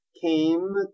came